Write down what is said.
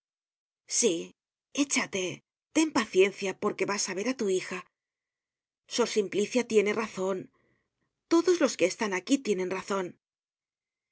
sí échate ten paciencia porque vas á ver á tu hija sor simplicia tiene razon todos los que están aquí tienen razon y